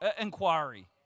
inquiry